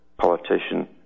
politician